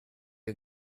you